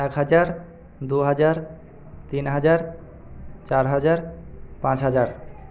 এক হাজার দু হাজার তিন হাজার চার হাজার পাঁচ হাজার